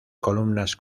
columnas